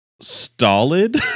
stolid